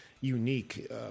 unique